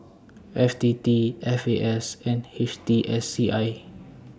F T T F A S and H T S C I